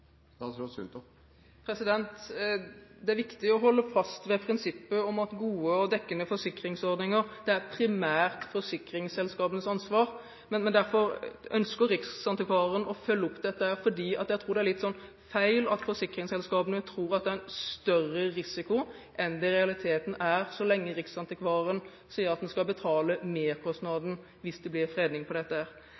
Det er viktig å holde fast ved prinsippet om gode og dekkende forsikringsordninger. Det er primært forsikringsselskapenes ansvar. Men derfor ønsker Riksantikvaren å følge opp dette, for jeg tror det er litt feil, og at forsikringsselskapene tror at det er en større risiko enn det i realiteten er, så lenge Riksantikvaren sier at en skal betale